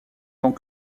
tant